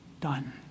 done